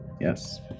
Yes